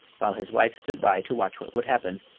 while his wife stood by to watch what would happen.